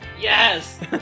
Yes